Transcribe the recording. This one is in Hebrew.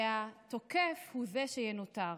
והתוקף הוא שינוטר.